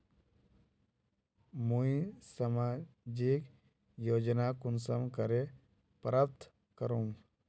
मुई सामाजिक योजना कुंसम करे प्राप्त करूम?